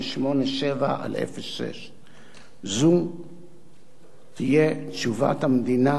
8887/06. זו תהיה תשובת המדינה